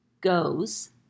goes